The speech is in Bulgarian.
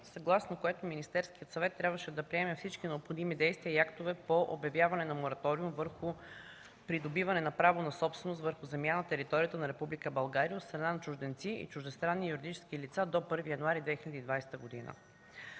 съгласно което Министерският съвет трябваше да предприеме всички необходими действия и актове по обявяване на мораториум върху придобиване право на собственост върху земя на територията на Република България от страна на чужденци и чуждестранни юридически лица до 1 януари 2020 г.